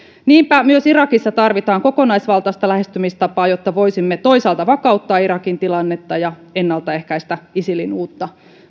niinpä myös irakissa tarvitaan kokonaisvaltaista lähestymistapaa jotta voisimme toisaalta vakauttaa irakin tilannetta ja ennaltaehkäistä isilin uutta